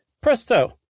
Presto